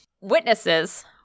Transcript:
witnesses